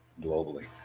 globally